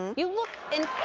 you look